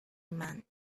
months